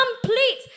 complete